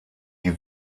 die